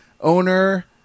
owner